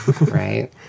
Right